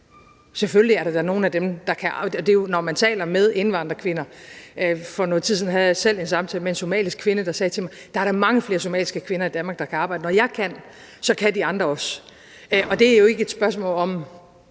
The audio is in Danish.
Selvfølgelig er der da nogle af dem, der kan arbejde. For noget tid siden havde jeg en samtale med en somalisk kvinde, der sagde til mig: Der er da mange flere somaliske kvinder i Danmark, der kan arbejde; når jeg kan, kan de andre også. Og det er jo ikke et spørgsmål om